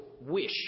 wish